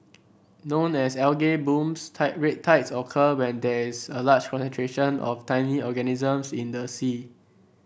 known as blooms tide red tides occur when there is a large concentration of tiny organisms in the sea